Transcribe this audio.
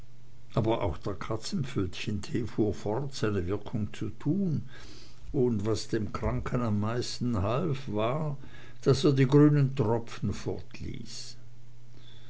aber auch der katzenpfötchentee fuhr fort seine wirkung zu tun und was dem kranken am meisten half war daß er die grünen tropfen